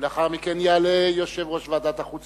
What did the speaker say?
ולאחר מכן יעלה יושב-ראש ועדת החוץ